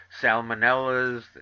salmonellas